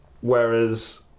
Whereas